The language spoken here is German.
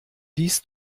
dies